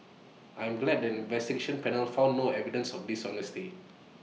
I am glad that investigation panel found no evidence of dishonesty